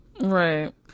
Right